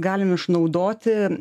galim išnaudoti